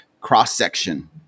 cross-section